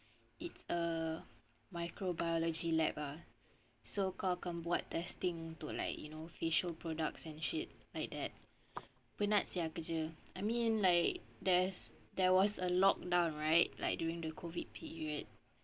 it's a microbiology lab ah so called kau akan buat testing to like you know facial products and shit like that penat sia kerja I mean like there's there was a lockdown right like during the COVID period